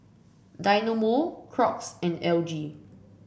Dynamo Crocs and L G